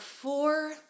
four